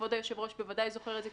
כבוד היושב-ראש בוודאי זוכר את זה,